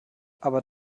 aber